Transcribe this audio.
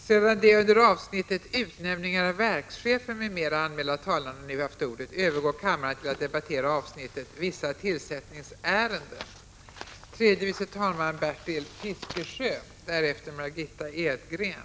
Sedan de under avsnittet Utnämningar av verkschefer m.m. anmälda talarna nu haft ordet, övergår kammaren till att debattera avsnittet Vissa tillsättningsärenden.